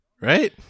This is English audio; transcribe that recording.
right